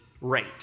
rate